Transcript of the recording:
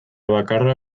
bakarra